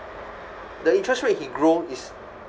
the interest rate he grow is